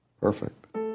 Perfect